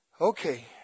Okay